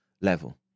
level